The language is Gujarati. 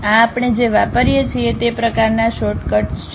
આ આપણે જે વાપરીએ છીએ તે પ્રકારનાં શોર્ટકટ્સ છે